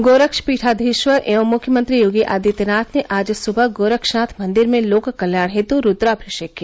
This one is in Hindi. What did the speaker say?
गोरक्षपीठाधीश्वर एवं मुख्यमंत्री योगी आदित्यनाथ ने आज सुबह गोरक्षनाथ मंदिर में लोककल्याण हेतु रूद्राभिषेक किया